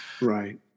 Right